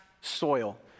soil